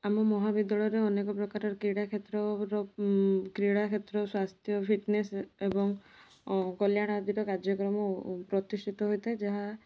ଆମ ମହାବିଦ୍ୟାଳୟରେ ଅନେକ ପ୍ରକାର କ୍ରୀଡ଼ା କ୍ଷେତ୍ରର କ୍ରୀଡ଼ା କ୍ଷେତ୍ର ସ୍ୱାସ୍ଥ୍ୟ ଫିଟ୍ନେସ୍ ଏବଂ କଲ୍ୟାଣ ଆଦିର କାର୍ଯ୍ୟକ୍ରମ ପ୍ରତିଷ୍ଠିତ ହୋଇଥାଏ ଯାହା